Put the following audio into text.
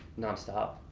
non-stop.